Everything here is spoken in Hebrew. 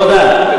תודה.